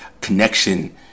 connection